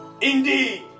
indeed